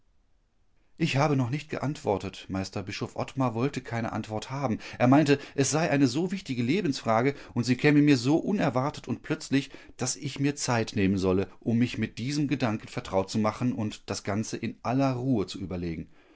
ich habe noch nicht geantwortet meister bischof ottmar wollte keine antwort haben er meinte es sei eine so wichtige lebensfrage und sie käme mir so unerwartet und plötzlich daß ich mir zeit nehmen solle um mich mit diesem gedanken vertraut zu machen und das ganze in aller ruhe zu überlegen